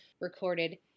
recorded